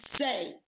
say